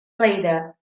later